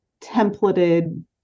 templated